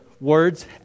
words